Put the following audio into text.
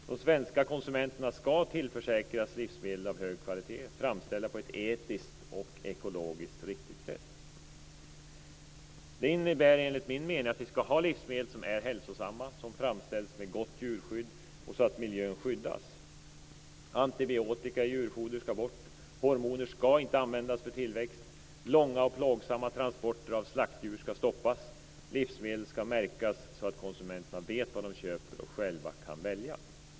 De svenska konsumenterna skall tillförsäkras livsmedel av hög kvalitet, framställda på ett etiskt och ekologiskt riktigt sätt. Det innebär enligt min mening att vi skall ha livsmedel som är hälsosamma och som framställs med gott djurskydd och på ett sådant sätt att miljön skyddas. Antibiotikan i djurfoder skall bort. Hormoner skall inte användas för tillväxt. Långa och plågsamma transporter av slaktdjur skall stoppas. Livsmedel skall märkas, så att konsumenterna vet vad de köper och själva kan välja.